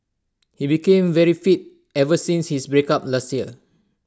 he became very fit ever since his breakup last year